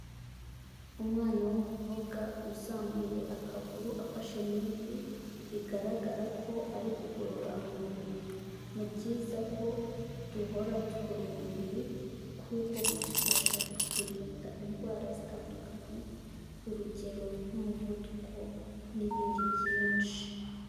Umwana w'umukobwa uzamuye akaguru afashe mu ivi, bigaragara ko ari kugorora umubiri, ni byiza ko duhora tugorora umubiri, kuko bidufasha kuturinda indwara zitandukanye, urugero nk'umuvuduko n'ibindi byinshi.